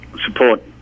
support